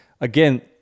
again